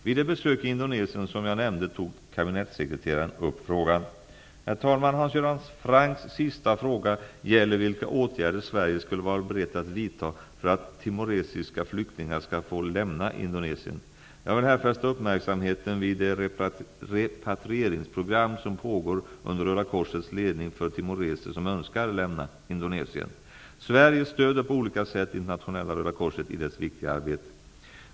Vid det besök i Indonesien som jag nämnde tog kabinettssekreteraren upp frågan. Herr talman! Hans Göran Francks sista fråga gäller vilka åtgärder Sverige skulle vara berett att vidta för att timoresiska flyktingar skall få lämna Indonesien. Jag vill här fästa uppmärksamheten vid det repatrieringsprogram som pågår under Röda korsets ledning för timoreser som önskar lämna Indonesien. Sverige stöder på olika sätt Internationella röda korset i dess viktiga arbete.